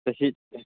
तशीच